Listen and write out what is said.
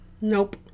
Nope